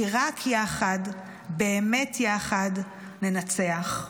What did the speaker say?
כי רק יחד, באמת יחד, ננצח.